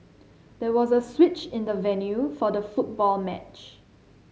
there was a switch in the venue for the football match